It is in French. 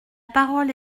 parole